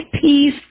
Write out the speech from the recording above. peace